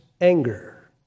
anger